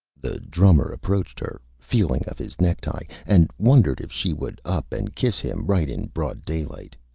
the drummer approached her, feeling of his necktie, and wondered if she would up and kiss him, right in broad daylight.